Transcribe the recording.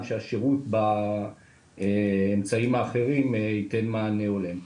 שהשירות באמצעים האחרים ייתן מענה הולם.